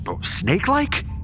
snake-like